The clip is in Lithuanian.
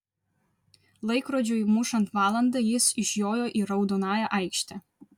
laikrodžiui mušant valandą jis išjojo į raudonąją aikštę